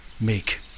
make